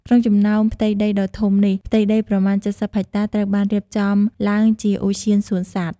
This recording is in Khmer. ក្នុងចំណោមផ្ទៃដីដ៏ធំនេះ ផ្ទៃដីប្រមាណ ៧០ ហិកតា ត្រូវបានរៀបចំឡើងជាឧទ្យានសួនសត្វ។